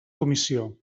comissió